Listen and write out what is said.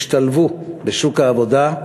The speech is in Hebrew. השתלבו בשוק העבודה,